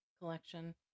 collection